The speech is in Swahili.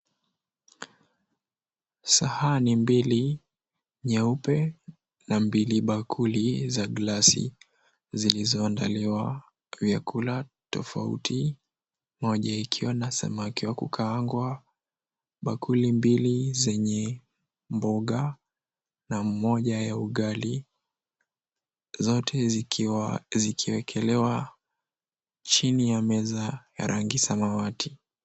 Sahani mbili nyeupe na mbili bakuli za glasi zilizoandaliwa vyakula tofauti moja ikiwa na samaki wa kukaangwa bakuli mbili zenye mboga na moja ya ugali zote zikiwa zikiekelewa chini ya meza ya rangi samawati.